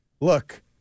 look